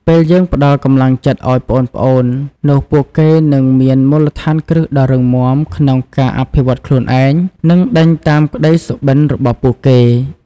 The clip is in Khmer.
ពេលយើងផ្តល់កម្លាំងចិត្តឲ្យប្អូនៗ នោះពួកគេនឹងមានមូលដ្ឋានគ្រឹះដ៏រឹងមាំក្នុងការអភិវឌ្ឍខ្លួនឯង និងដេញតាមក្តីសុបិនរបស់ពួកគេ។